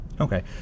Okay